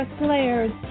players